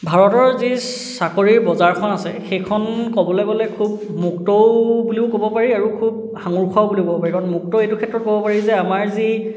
ভাৰতৰ যি চাকৰিৰ বজাৰখন আছে সেইখন ক'বলৈ গ'লে খুব মুক্তও বুলি ক'ব পাৰি আৰু খুব সাঙোৰ খোৱাও বুলি ক'ব পাৰি কাৰণ মুক্ত এইটো ক্ষেত্ৰত ক'ব পাৰি যে আমাৰ যি